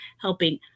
helping